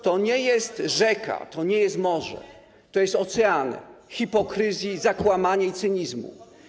To nie jest rzeka, to nie jest morze, to jest ocean hipokryzji, zakłamania i cynizmu.